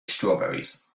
strawberries